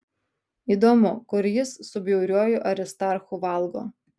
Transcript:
įdomu kur jis su bjauriuoju aristarchu valgo